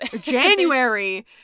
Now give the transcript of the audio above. January